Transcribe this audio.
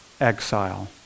exile